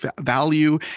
value